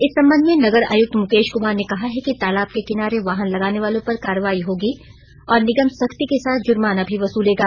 इस संबंध में नगर आयुक्त मुकेश कुमार ने कहा है कि तालाब के किनारे वाहन लगाने वालों पर कार्रवाई होगी और निगम सर्ख्ती के साथ जुर्माना भी वसूलेगा